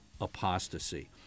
apostasy